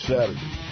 Saturday